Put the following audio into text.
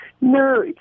No